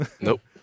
Nope